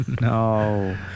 No